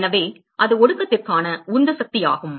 எனவே அது ஒடுக்கத்திற்கான உந்து சக்தியாகும்